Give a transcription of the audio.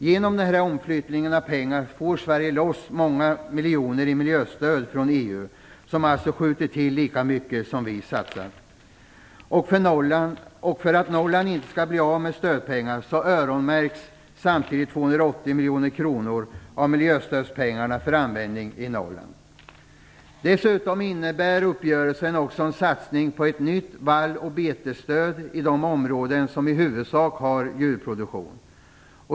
Genom den här omflyttningen av pengar får Sverige loss många fler miljoner i miljöstöd från EU, som alltså skjuter till lika mycket som vi satsar. För att Norrland inte skall bli av med stödpengar öronmärks samtidigt 280 miljoner av miljöstödspengarna för användning i Norrland. Dessutom innebär uppgörelsen också en satsning på ett nytt vall och betesstöd i de områden som i huvudsak har djurproduktion.